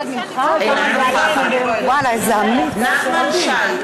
אינה נוכחת נחמן שי,